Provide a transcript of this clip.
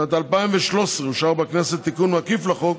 בשנת 2013 אושר בכנסת תיקון מקיף לחוק,